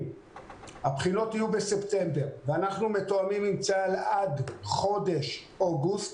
שהבחינות יהיו בספטמבר ואנחנו מתואמים עם צה"ל עד חודש אוגוסט,